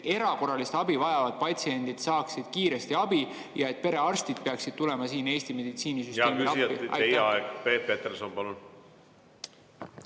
et erakorralist abi vajavad patsiendid saaksid kiiresti abi ja perearstid peaksid tulema siin Eesti meditsiinisüsteemile appi? Hea küsija, teie aeg! Peep Peterson, palun!